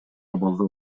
абалда